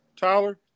Tyler